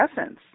essence